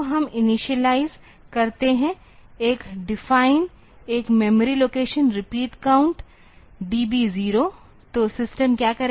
तो हम इनिशियलाइज़ करते है एक डिफाइन एक memory location repeat count DB 0 तो सिस्टम क्या करेगा